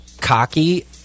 cocky